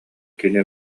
кини